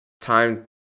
time